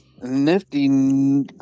nifty